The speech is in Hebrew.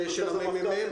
זה של הממ"מ?